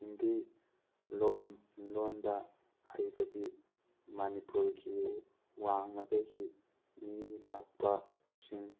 ꯍꯤꯟꯗꯤ ꯂꯣꯟ ꯂꯣꯟꯕ ꯍꯩꯕꯗꯤ ꯃꯅꯤꯄꯨꯔꯒꯤ ꯋꯥꯡꯃꯗꯒꯤ ꯃꯤ ꯂꯥꯛꯄꯁꯤꯡ